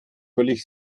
völlig